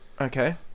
Okay